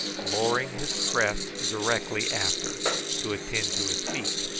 lowering his crest directly after to attend to his feet,